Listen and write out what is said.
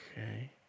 Okay